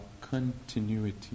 continuity